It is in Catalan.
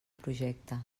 projecte